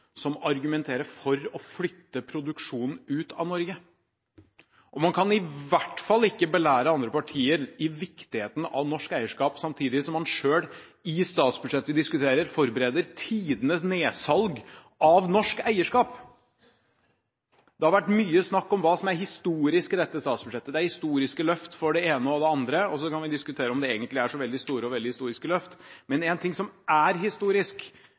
som argumenterer for å flytte produksjonen ut av Norge. Og man kan i hvert fall ikke belære andre partier i viktigheten av norsk eierskap samtidig som man selv i statsbudsjettet vi diskuterer, forbereder tidenes nedsalg av norsk eierskap. Det har vært mye snakk om hva som er historisk i dette statsbudsjettet. Det er historiske løft for det ene og det andre – og så kan vi diskutere om det egentlig er så veldig store og veldig historiske løft – men én ting som er historisk